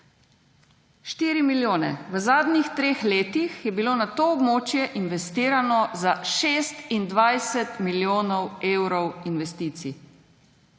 4 milijone. V zadnjih treh letih je bilo na to območje investirano za 26 milijonov evrov investicij.